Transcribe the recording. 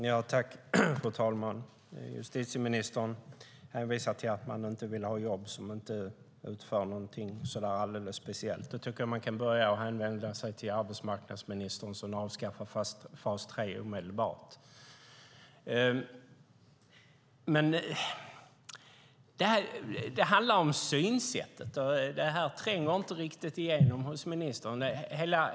Fru talman! Justitieministern hänvisar till att hon inte vill ha jobb där man inte utför någonting så där alldeles speciellt. Då tycker jag att hon kan börja med att vända sig till arbetsmarknadsministern och avskaffa fas 3 omedelbart. Det handlar om synsättet. Det här tränger inte riktigt igenom hos ministern.